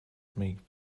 make